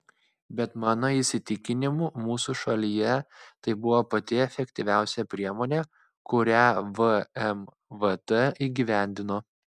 bet mano įsitikinimu mūsų šalyje tai buvo pati efektyviausia priemonė kurią vmvt įgyvendino